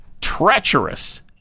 treacherous